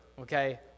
okay